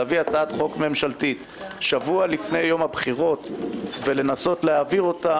להביא הצעת חוק ממשלתית שבוע לפני בחירות ולנסות להעביר אותה,